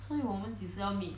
所以我们几时要 meet